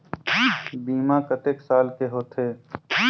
बीमा कतेक साल के होथे?